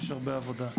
יש הרבה עבודה.